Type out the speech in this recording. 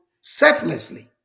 selflessly